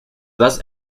thus